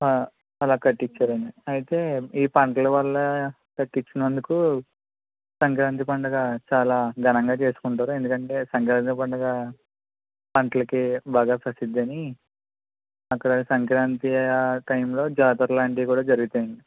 అలా కట్టిచ్చారండి అయితే ఈ పంటల వల్ల కట్టించినందుకు సంక్రాంతి పండగ చాలా ఘనంగా చేసుకుంటారు ఎందుకంటే సంక్రాంతి పండుగ పంటలకి బాగా ప్రసిద్ధి అని అక్కడ సంక్రాంతి టైం లో జాతర లాంటివి కూడా జరుగుతాయి అండి